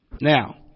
Now